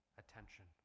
attention